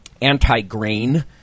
anti-grain